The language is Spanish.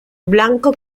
blanco